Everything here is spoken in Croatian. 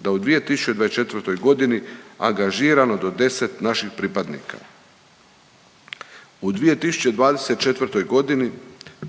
da u 2024. g. angažirano do 10 naših pripadnika. U 2024. g.